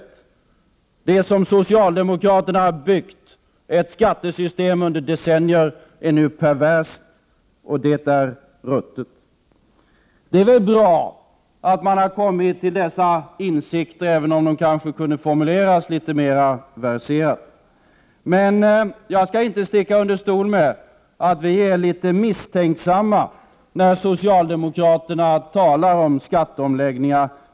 Det skattesystem som socialdemokraterna byggt upp under decennier är nu perverst och ruttet. Det är väl bra att man har kommit till denna insikt, även om det kanske kunde ha formulerats litet mera verserat. Jag skall inte sticka under stol med att vi är litet misstänksamma när socialdemokraterna talar om skatteomläggningar.